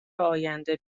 آینده